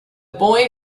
boy